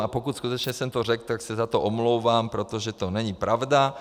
A pokud skutečně jsem to řekl, tak se za to omlouvám, protože to není pravda.